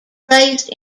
raised